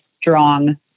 strong